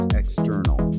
external